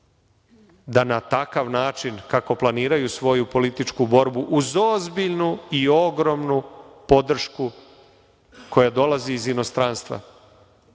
da na takav način kako planiraju svoju političku borbu, uz ozbiljnu i ogromnu podršku koja dolazi iz inostranstva. Sve